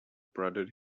prodded